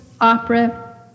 opera